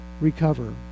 recover